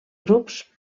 grups